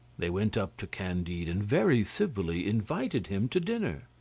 they went up to candide and very civilly invited him to dinner.